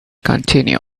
continue